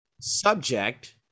subject